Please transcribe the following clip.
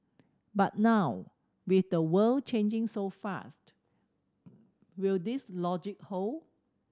but now with the world changing so fast will this logic hold